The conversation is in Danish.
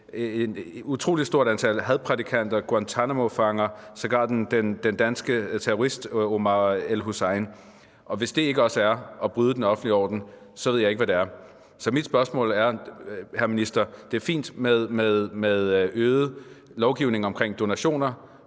et utrolig stort antal hadprædikanter, Guantánamofanger og sågar den danske terrorist Omar el-Hussein, og hvis det ikke også er at bryde den offentlige orden, så ved jeg ikke, hvad det er. Så mit spørgsmål er: Det er fint med mere lovgivning vedrørende donationer,